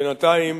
בינתיים